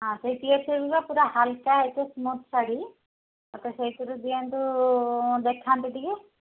ପୁରା ହାଲକା୍ ସ୍ମୁଥ୍ ଶାଢ଼ି ସେଇଥିରୁ ଦିଅନ୍ତୁ ଦେଖାନ୍ତୁ ଟିକେ